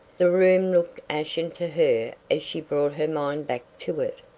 the room looked ashen to her as she brought her mind back to it,